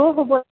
हो हो बोल